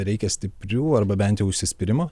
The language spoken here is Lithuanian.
reikia stiprių arba bent jau užsispyrimo